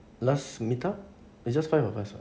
last meet up it's just five of us [what]